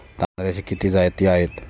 तांदळाच्या किती जाती आहेत?